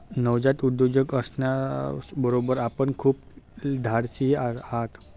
नवजात उद्योजक असण्याबरोबर आपण खूप धाडशीही आहात